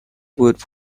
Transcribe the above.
wood